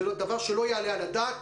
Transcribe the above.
זה דבר שלא יעלה על הדעת.